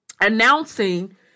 announcing